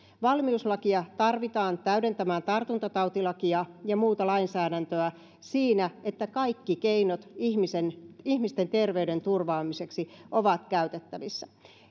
valmiuslakia tarvitaan täydentämään tartuntatautilakia ja muuta lainsäädäntöä siinä että kaikki keinot ihmisten ihmisten terveyden turvaamiseksi ovat käytettävissä